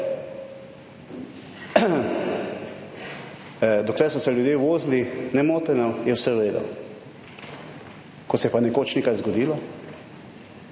dokler so se ljudje vozili nemoteno, je vse v redu, ko se je pa nekoč nekaj zgodilo,